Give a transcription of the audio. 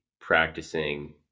practicing